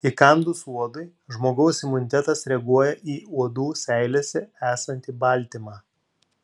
įkandus uodui žmogaus imunitetas reaguoja į uodų seilėse esantį baltymą